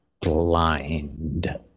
blind